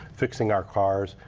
fixing our cars.